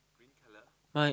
my